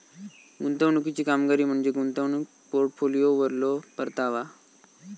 गुंतवणुकीची कामगिरी म्हणजे गुंतवणूक पोर्टफोलिओवरलो परतावा